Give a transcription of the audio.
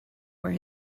where